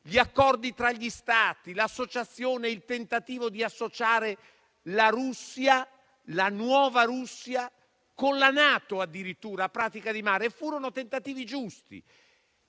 Gli accordi tra gli Stati, addirittura il tentativo di associare la Russia, la nuova Russia, alla NATO, a Pratica di Mare: furono tentativi giusti.